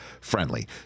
friendly